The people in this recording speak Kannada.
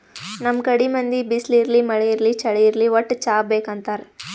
ನಮ್ ಕಡಿ ಮಂದಿ ಬಿಸ್ಲ್ ಇರ್ಲಿ ಮಳಿ ಇರ್ಲಿ ಚಳಿ ಇರ್ಲಿ ವಟ್ಟ್ ಚಾ ಬೇಕ್ ಅಂತಾರ್